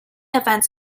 events